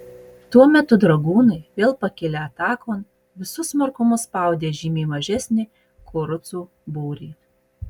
tuo metu dragūnai vėl pakilę atakon visu smarkumu spaudė žymiai mažesnį kurucų būrį